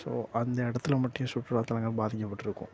so அந்த இடத்துல மட்டும் சுற்றுலாத்தலங்கள் பாதிக்கப்பட்டிருக்கும்